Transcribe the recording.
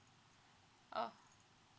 oh